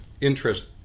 interest